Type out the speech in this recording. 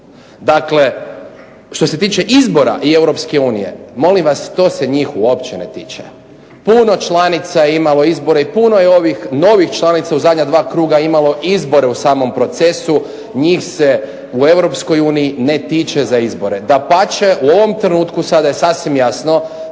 Dakle, što se tiče izbora i EU molim vas to se njih uopće ne tiče. Puno članica je imalo izbore i puno je ovih novih članica u zadnja 2 kruga imalo izbore u samom procesu, njih se u EU ne tiče za izbore. Dapače, u ovom trenutku sada je sasvim jasno